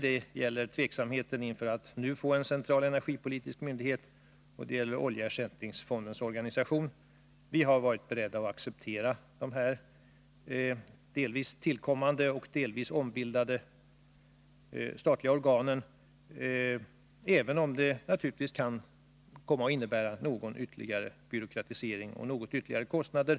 Det gäller tveksamheten inför att nu få en central energipolitisk myndighet, och det gäller oljeersättningsfondens organisation. Vi har varit beredda att acceptera de här delvis tillkommande och delvis ombildade statliga organen, även om det naturligtvis kan komma att innebära någon ytterligare byråkratisering och något ökade kostnader.